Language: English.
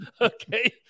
okay